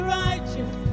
righteous